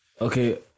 Okay